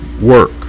work